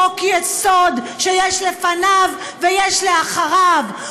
חוק-יסוד שיש לפניו ויש אחריו,